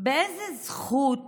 באיזו זכות